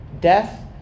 death